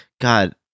God